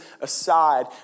aside